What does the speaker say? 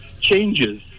changes